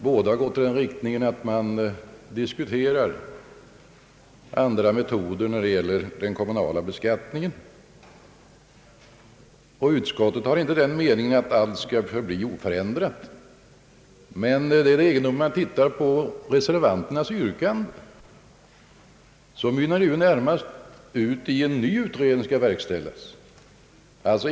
Båda har gått i den riktningen att man dis kuterar andra metoder för den kommunala beskattningen. Utskottet har inte den meningen att allt skall förbli oförändrat. Det egendomliga är emellertid att reservanternas yrkande närmast mynnar ut i att en ny utredning skall verkställas.